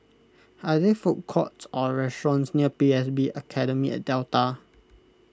are there food courts or restaurants near P S B Academy at Delta